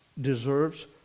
deserves